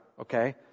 okay